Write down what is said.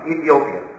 Ethiopia